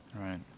Right